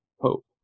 Pope